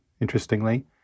interestingly